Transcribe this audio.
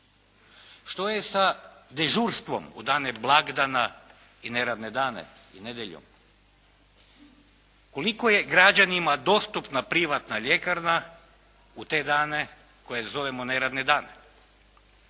Što je sa dežurstvom u dane blagdana i neradne dane i nedjeljom? Koliko je građanima dostupna privatna ljekarna u te dane koje zovemo neradne dane?